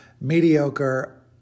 mediocre